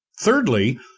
Thirdly